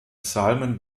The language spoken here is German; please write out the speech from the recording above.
psalmen